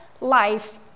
life